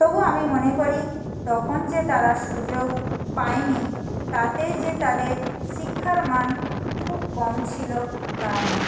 তবু আমি মনে করি তখন যে তারা সুযোগ পায় নি তাতে যে তাদের শিক্ষার মান খুব কম ছিলো তাও নয়